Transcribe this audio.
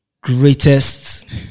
greatest